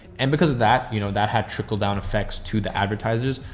and because that, you know, that had trickled down effects to the advertisers.